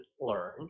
learn